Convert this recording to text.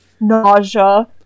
nausea